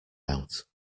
out